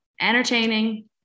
entertaining